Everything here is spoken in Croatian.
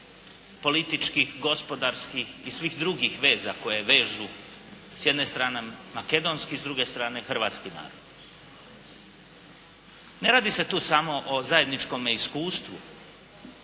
političkih, gospodarskih i svih drugih veza koje vežu s jedne strane makedonski, s druge strane hrvatski narod. Ne radi se tu samo o zajedničkome iskustvu